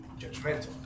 judgmental